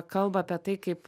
kalba apie tai kaip